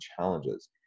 challenges